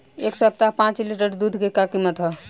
एह सप्ताह पाँच लीटर दुध के का किमत ह?